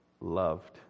loved